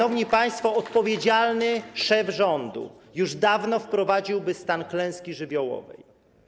Odpowiedzialny szef rządu już dawno wprowadziłby stan klęski żywiołowej.